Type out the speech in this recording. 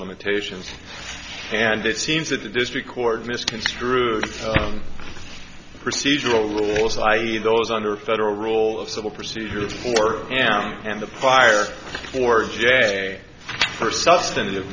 limitations and it seems that the district court misconstrued some procedural rules i e those under federal rule of civil procedures for m and the fire or j for substantive